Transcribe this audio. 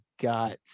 got